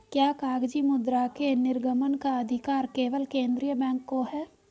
क्या कागजी मुद्रा के निर्गमन का अधिकार केवल केंद्रीय बैंक को है?